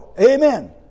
Amen